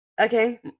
Okay